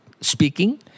speaking